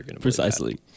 precisely